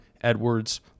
Edwards